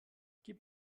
gib